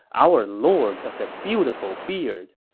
our lord of the beautiful beard.